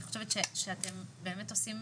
אני חושבת שאתם באמת עושים